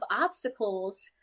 obstacles